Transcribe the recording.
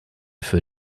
für